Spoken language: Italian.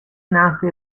nate